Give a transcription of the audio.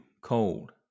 cold